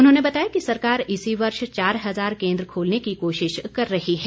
उन्होंने बताया कि सरकार इसी वर्ष चार हजार केन्द्र खोलने की कोशिश कर रही है